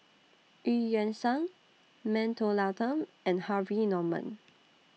EU Yan Sang Mentholatum and Harvey Norman